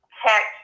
tech